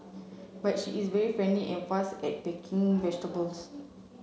but she is very friendly and fast at packing vegetables